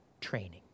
training